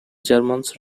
germans